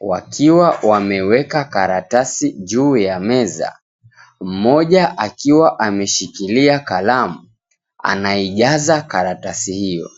wakiwa wameweka karatasi juu ya meza. Mmoja akiwa ameshikilia kalamu, anaijaza karatasi hiyo.